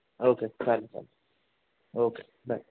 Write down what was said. okay चालेल चालेल okay bye